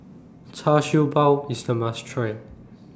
Char Siew Bao IS A must Try